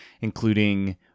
including